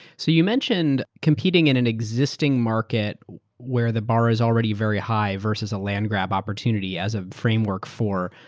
so you mentioned competing in an existing market where the bar is already very high versus a land grab opportunity as a framework for.